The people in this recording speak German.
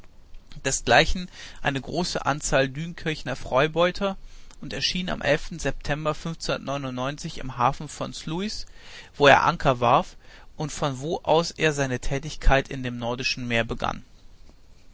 desgleichen eine große anzahl dünkirchner freibeuter und erschien am september im hafen von sluis wo er anker warf und von wo aus er seine tätigkeit in dem nordischen meer begann